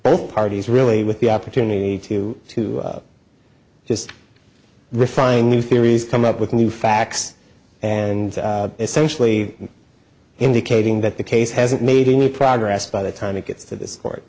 both parties really with the opportunity to to just refine new theories come up with new facts and essentially indicating that the case hasn't made any progress by the time it gets to this port